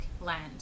land